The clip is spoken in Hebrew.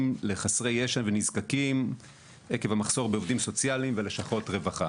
לחסרי ישע ונזקקים עקב המחסור בעובדים סוציאליים ולשכות רווחה.